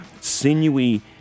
sinewy